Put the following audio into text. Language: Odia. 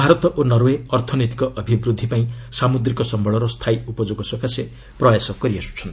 ଭାରତ ଓ ନରଓ୍ପେ ଅର୍ଥନୈତିକ ଅଭିବୃଦ୍ଧି ପାଇଁ ସାମୁଦ୍ରିକ ସମ୍ଭଳର ସ୍ଥାୟୀ ଉପଯୋଗ ସକାଶେ ପ୍ରୟାସ କରିଆସୁଛନ୍ତି